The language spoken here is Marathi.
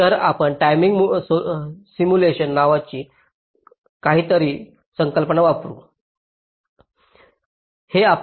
तर आपण टाईमिंग सिम्युलेशन नावाची काहीतरी वापरून पाहू